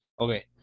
Okay